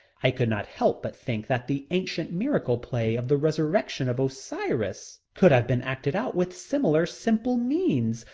i could not help but think that the ancient miracle play of the resurrection of osiris could have been acted out with similar simple means,